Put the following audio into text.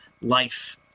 life